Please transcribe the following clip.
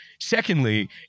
Secondly